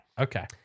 Okay